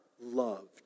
loved